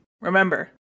Remember